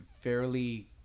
fairly